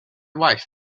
wife